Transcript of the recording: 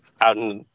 out